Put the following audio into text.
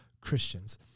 Christians